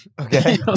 okay